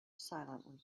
silently